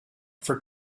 for